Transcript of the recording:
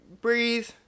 breathe